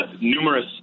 numerous